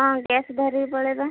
ହଁ ଗ୍ୟାସ୍ ଧରିକି ପଳେଇବା